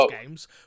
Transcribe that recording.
games